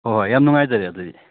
ꯍꯣꯏ ꯍꯣꯏ ꯌꯥꯝ ꯅꯨꯡꯉꯥꯏꯖꯔꯦ ꯑꯗꯨꯗꯤ